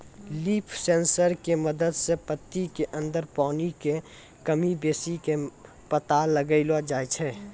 leaf sensor के मदद सॅ पत्ती के अंदर पानी के कमी बेसी के पता लगैलो जाय छै